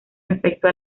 respecto